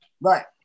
Right